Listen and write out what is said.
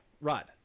right